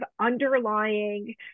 underlying